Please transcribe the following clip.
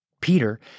Peter